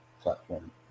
platform